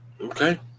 Okay